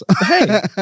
Hey